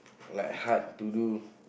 like hard to do